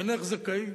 אינך זכאית,